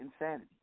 insanity